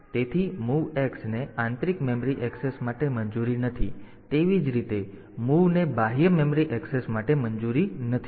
તેથી MOVX ને આંતરિક મેમરી એક્સેસ માટે મંજૂરી નથી તેવી જ રીતે MOV ને બાહ્ય મેમરી એક્સેસ માટે મંજૂરી નથી